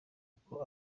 uko